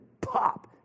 pop